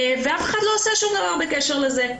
ואף אחד לא עושה שום דבר בקשר לזה.